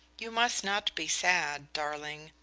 you must not be sad, darling,